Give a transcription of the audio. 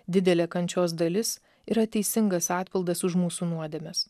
didelė kančios dalis yra teisingas atpildas už mūsų nuodėmes